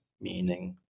meaning